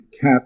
cap